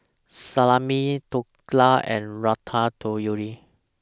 Salami Dhokla and Ratatouille